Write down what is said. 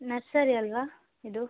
nursery ಅಲ್ಲವಾ ಇದು